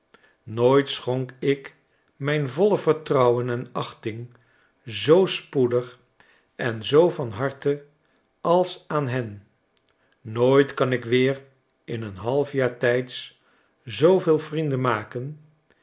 nooit schonk ik mijn voile vertrouwen en achting zoo spoedig en zoo van harte als aan hen nooit kan ik weer in een half jaar tijds zooyeel vrienden maken